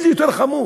מה יותר חמור?